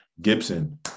Gibson